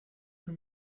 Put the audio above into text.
que